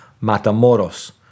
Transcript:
Matamoros